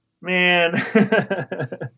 man